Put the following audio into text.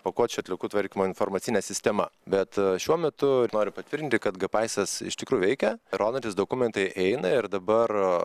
pakuočių atliekų tvarkymo informacinė sistema bet šiuo metu noriu patvirtinti kad gpaisas iš tikrųjų veikia įrodantys dokumentai eina ir dabar